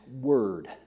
word